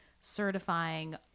certifying